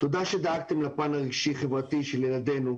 תודה שדאגתם לפן הרגשי-חברתי של ילדינו,